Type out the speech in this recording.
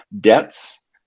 debts